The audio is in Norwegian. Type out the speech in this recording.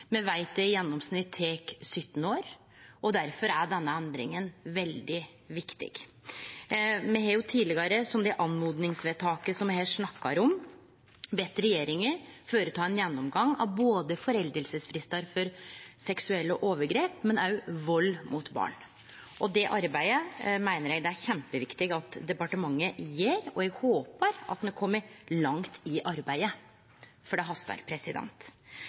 Me veit det i gjennomsnitt tek 17 år. Difor er denne endringa veldig viktig. Me har tidlegare, i det oppmodingsvedtaket som me her snakkar om, bedt regjeringa føreta ein gjennomgang av foreldingsfristar for seksuelle overgrep, men òg vald mot barn. Det arbeidet meiner eg det er kjempeviktig at departementet gjer, og eg håpar at ein er komen langt i arbeidet, for det hastar.